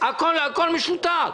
הכול משותק.